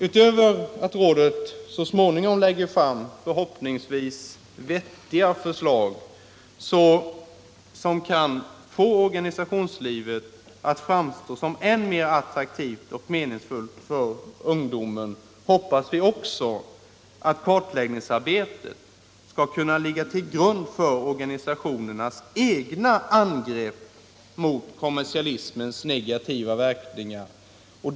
Utöver att rådet så småningom lägger fram förhoppningsvis vettiga förslag, som kan få organisationslivet att framstå som ett än mer attraktivt och meningsfullt alternativ för ungdomen, hoppas vi också att kartläggningsarbetet skall kunna ligga till grund för organisationernas egna angrepp på kommersialismens negativa verkningar.